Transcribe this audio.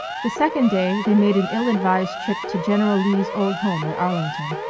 the second day they made an ill-advised trip to general lee's old home at arlington.